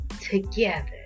together